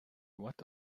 what